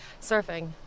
surfing